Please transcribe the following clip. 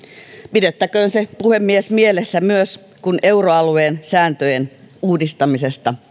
pidettäköön se puhemies mielessä myös kun euroalueen sääntöjen uudistamisesta